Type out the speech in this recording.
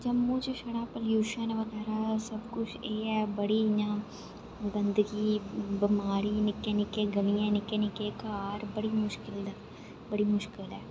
जम्मू च छड़ा पलयूशन बगैरा ऐ सब कुछ ऐ है बड़ी इ'यां गंदगी बिमारी निक्के निक्के गलियां निक्के निक्के घर बड़ी मुश्कल ऐ